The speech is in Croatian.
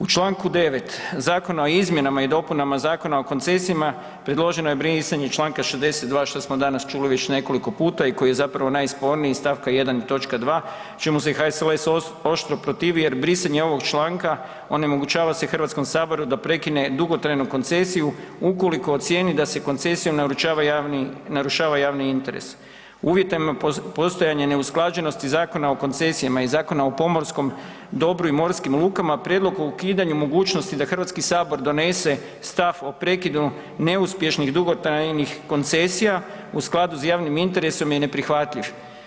U čl. 9. zakona o izmjenama i dopunama Zakona o koncesijama, predloženo je brisanje čl. 62. što smo danas čuli već nekoliko puta i koji je zapravo najsporniji iz stavka 1. i točka 2. čemu se HSLS oštro protivi jer brisanje ovog članka onemogućava se Hrvatskom saboru da prekine dugotrajnu koncesiju ukoliko ocijeni da se koncesijom narušava javni interes. ... postojanje neusklađenosti Zakon o koncesijama i Zakona o pomorskom dobru i morskim lukama, prijedlog o ukidanju mogućnosti da Hrvatski sabor donese stav o prekidu neuspješnih dugotrajnih koncesija u skladu sa javnim interesom je neprihvatljiv.